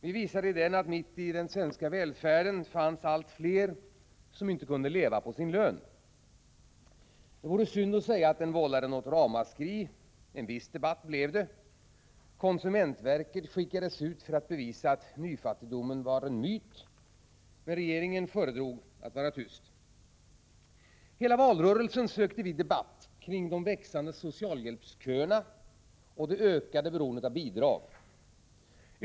Vi visade i den att det mitt i den svenska välfärden fanns allt fler som inte kunde leva på sin lön. Det vore synd att säga att rapporten vållade något ramaskri, men en viss debatt blev det. Konsumentverket skickades ut för att bevisa att nyfattigdomen var en myt. Men regeringen föredrog att vara tyst. Hela valrörelsen sökte vi debatt kring de växande socialhjälpsköerna och det ökade beroendet av bidrag.